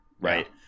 Right